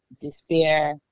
despair